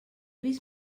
vist